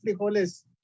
frijoles